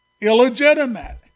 illegitimate